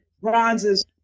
bronzes